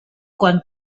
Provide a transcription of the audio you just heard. quan